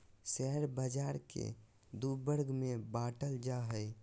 share बाज़ार के दू वर्ग में बांटल जा हइ